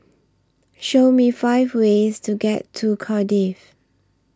Show Me five ways to get to Cardiff